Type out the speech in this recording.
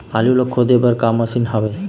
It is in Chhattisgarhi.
आलू ला खोदे बर का मशीन हावे?